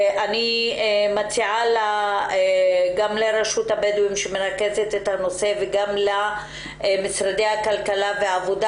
אני מציעה גם לרשות הבדואים שמרכזת את הנושא וגם למשרדי הכלכלה והעבודה